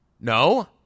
No